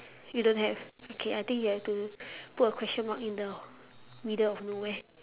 you don't have okay I think you have to put a question mark in the middle of nowhere